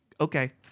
okay